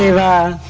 la